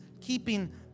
keeping